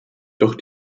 doch